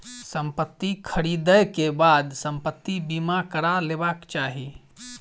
संपत्ति ख़रीदै के बाद संपत्ति बीमा करा लेबाक चाही